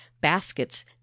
baskets